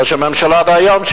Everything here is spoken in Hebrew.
ראש הממשלה דהיום,